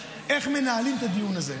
איך מנהלים את הדיון הזה.